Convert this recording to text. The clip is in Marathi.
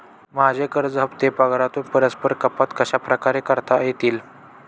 माझे कर्ज हफ्ते पगारातून परस्पर कपात कशाप्रकारे करता येतील?